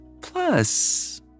Plus